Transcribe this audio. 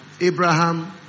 Abraham